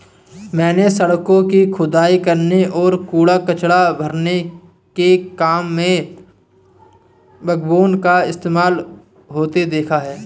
मैंने सड़कों की खुदाई करने और कूड़ा कचरा भरने के काम में बैकबोन का इस्तेमाल होते देखा है